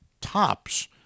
tops